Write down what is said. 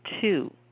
two